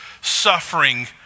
suffering